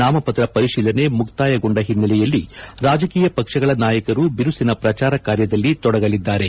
ನಾಮಪತ್ರ ಪರಿಶೀಲನೆ ಮುಕ್ತಾಯಗೊಂಡ ಹಿನ್ನೆಲೆಯಲ್ಲಿ ರಾಜಕೀಯ ಪಕ್ಷಗಳ ನಾಯಕರು ಬಿರುಸಿನ ಪ್ರಚಾರ ಕಾರ್ಯದಲ್ಲಿ ತೊಡಗಲಿದ್ದಾರೆ